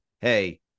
hey